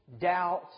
doubt